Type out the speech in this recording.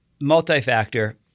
multi-factor